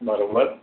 બરાબર